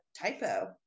typo